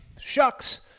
shucks